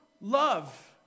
love